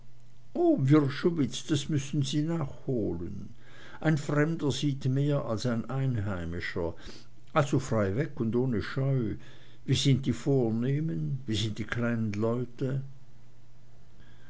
wrschowitz das müssen sie nachholen ein fremder sieht mehr als ein einheimischer also frei weg und ohne scheu wie sind die vornehmen wie sind die kleinen leute